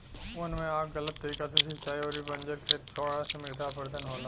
वन में आग गलत तरीका से सिंचाई अउरी बंजर खेत छोड़ला से मृदा अपरदन होला